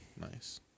nice